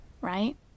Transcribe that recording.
right